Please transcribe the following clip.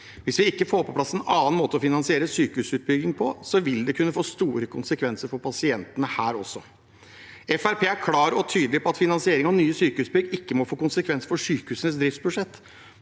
Hvis vi ikke får på plass en annen måte å finansiere sykehusutbygging på, vil det kunne få store konsekvenser for pasientene her også. Fremskrittspartiet er klar og tydelig på at finansiering av nye sykehusbygg ikke må få konsekvens for sykehusenes driftsbudsjetter